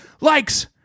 likes